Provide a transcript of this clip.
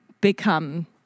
become